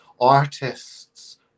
Artists